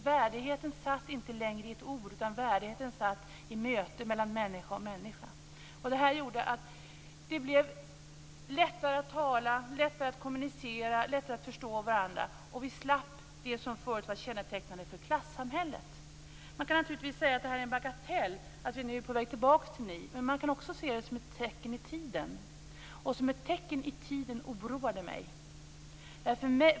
Värdigheten satt inte längre i ett ord utan i möten mellan människa och människa. Det gjorde att det blev lättare att tala, kommunicera och förstå varandra. Vi slapp det som tidigare var kännetecknande för klassamhället. Man kan naturligtvis säga att det är en bagatell att vi nu är på väg tillbaka till ni. Men man kan också se det som ett tecken i tiden, och som ett tecken i tiden oroar det mig.